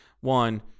one